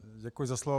Děkuji za slovo.